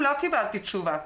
רחב בהרבה מאוד היבטים.